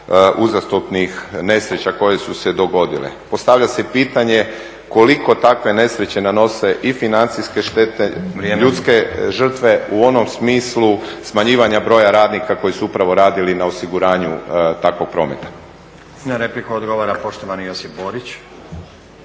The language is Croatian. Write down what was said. Na repliku odgovara poštovani Josip Borić.